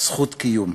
זכות קיום.